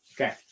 Okay